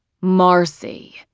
Marcy